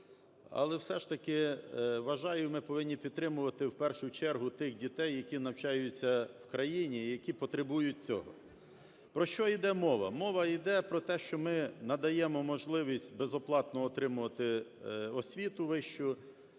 Але все ж таки вважаю, ми повинні підтримувати в першу чергу тих дітей, які навчаються в країні і які потребують цього. Про що йде мова? Мова йде про те, що ми надаємо можливість безоплатно отримувати освіту вищу